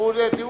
תודה.